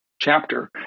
chapter